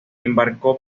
embarcó